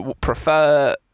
prefer